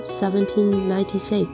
1796